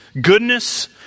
goodness